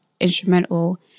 instrumental